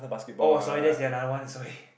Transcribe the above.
orh sorry that's the another one sorry